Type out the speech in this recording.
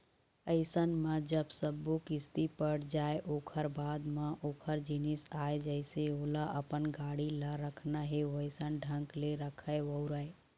अइसन म जब सब्बो किस्ती पट जाय ओखर बाद ओखर जिनिस आय जइसे ओला अपन गाड़ी ल रखना हे वइसन ढंग ले रखय, बउरय